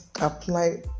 apply